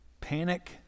panic